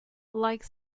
like